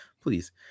please